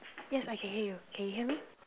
yes I can hear you can you hear me